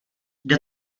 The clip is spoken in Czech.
jde